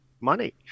money